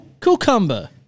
Cucumber